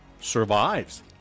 Survives